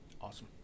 Awesome